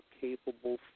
capable